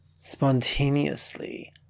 spontaneously